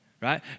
right